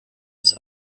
was